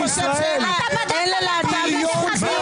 --- אתה אלים.